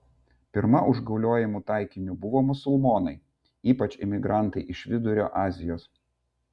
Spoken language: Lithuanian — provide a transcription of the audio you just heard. pirma užgauliojimų taikiniu buvo musulmonai ypač imigrantai iš vidurio azijos